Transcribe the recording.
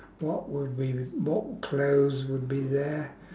what would be the what clothes would be there